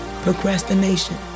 Procrastination